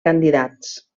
candidats